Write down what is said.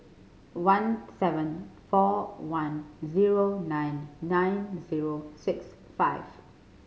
one seven four one zero nine nine zero six five